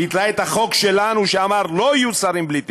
ביטלה את החוק שלנו שאמר לא יהיו שרים בלי תיק,